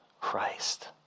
Christ